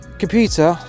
computer